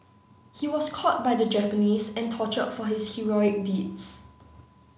he was caught by the Japanese and tortured for his heroic deeds